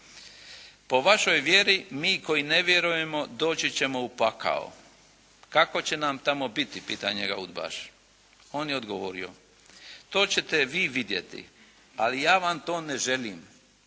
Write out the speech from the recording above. "Po vašoj vjeri mi koji ne vjerujemo doći ćemo u pakao." "Kako će nam tamo biti?" – pita njega udbaš. On je odgovorio: "To ćete vi vidjeti. Ali ja vam to ne želim.